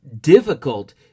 difficult